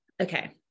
okay